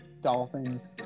Dolphins